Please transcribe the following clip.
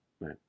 Right